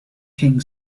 king